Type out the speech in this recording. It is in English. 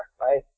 right